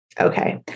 Okay